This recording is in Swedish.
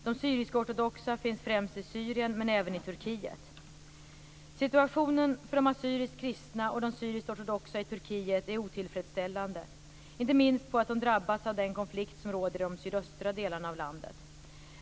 De syrisk-ortodoxa finns främst i Syrien, men även i Situationen för de assyriskt kristna och de syriskortodoxa i Turkiet är otillfredsställande, inte minst på grund av att de drabbats av den konflikt som råder i de sydöstra delarna av landet.